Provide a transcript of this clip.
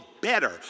better